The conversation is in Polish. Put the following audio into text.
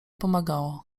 pomagało